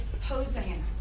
Hosanna